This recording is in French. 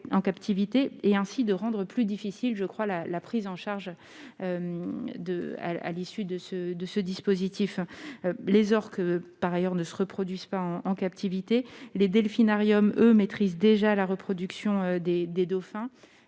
et ainsi de rendre plus difficile leur prise en charge à l'issue de ce dispositif. Les orques, par ailleurs, ne se reproduisent pas en captivité. Les delphinariums maîtrisent en revanche déjà la reproduction des dauphins.